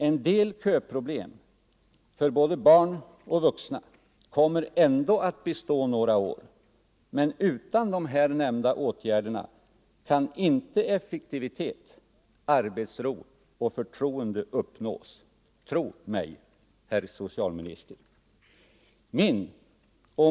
En del köproblem för både barn och vuxna kommer ändå att bestå några år, men utan de här nämnda åtgärderna kan inte effektivitet, arbetsro och förtroende uppnås. Tro mig, herr socialminister!